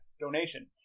donation